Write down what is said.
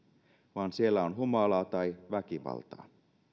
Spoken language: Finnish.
vaan siellä on humalaa tai väkivaltaa